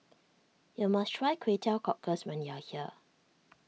you must try Kway Teow Cockles when you are here